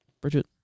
Bridget